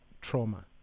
trauma